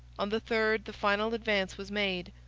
on the third the final advance was made.